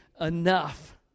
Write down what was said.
enough